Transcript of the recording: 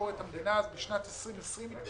יש